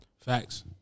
Facts